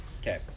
Okay